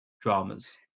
dramas